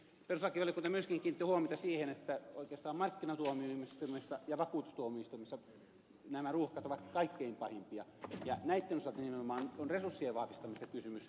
perustuslakivaliokunta myöskin kiinnitti huomiota siihen että oikeastaan markkinatuomioistuimessa ja vakuutustuomioistuimessa nämä ruuhkat ovat kaikkein pahimpia ja näitten osalta nimenomaan on resurssien vahvistamisesta kysymys